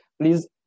please